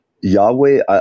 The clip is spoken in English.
Yahweh